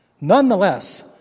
Nonetheless